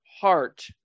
heart